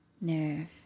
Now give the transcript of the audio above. nerve